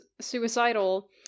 suicidal